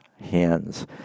hands